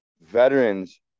Veterans